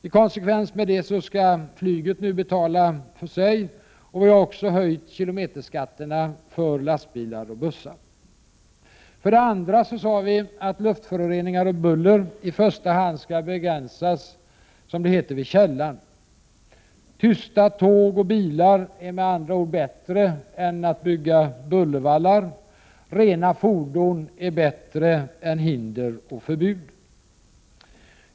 I konsekvens med det skall flyget nu betala för sig, och vi har också höjt kilometerskatterna för lastbilar och bussar. För det andra sade vi att luftföroreningar och buller i första hand skall begränsas vid ”källan”. Tysta tåg och bilar är med andra ord bättre än bullervallar; rena fordon är bättre än hinder och förbud.